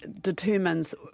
determines